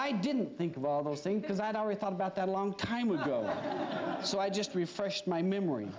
i didn't think of all those things because i had already thought about that a long time ago so i just refreshed my memory